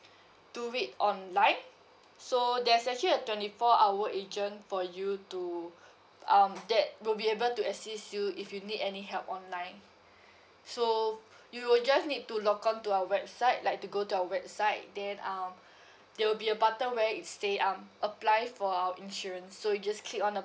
to read online so there's actually a twenty four hour agent for you to um that will be able to assist you if you need any help online so you will just need to log on to our website like to go to our website then um there will be a button where it say um apply for our insurance so you just click on the